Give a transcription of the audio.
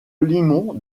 limon